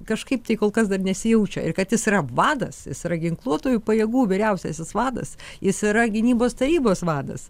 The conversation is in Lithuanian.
kažkaip tai kol kas dar nesijaučia ir kad jis yra vadas jis yra ginkluotųjų pajėgų vyriausiasis vadas jis yra gynybos tarybos vadas